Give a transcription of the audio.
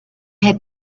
had